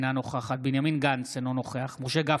אינה נוכחת בנימין גנץ, אינו נוכח משה גפני,